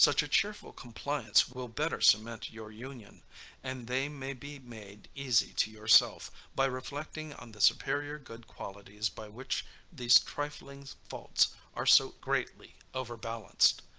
cheerful compliance will better cement your union and they may be made easy to yourself, by reflecting on the superior good qualities by which these trifling faults are so greatly overbalanced.